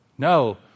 No